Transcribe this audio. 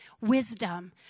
wisdom